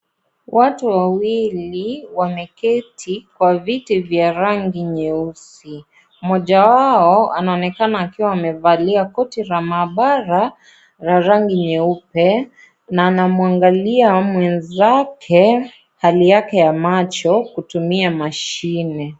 Watu wawili wameketi Kwa viti vya rangi nyeusi , mmoja wao anaonekana akiwa amevalia koti la maabara la rangi nyeupe na anamwangalia mwenzake hali yake ya macho kutumia mashine.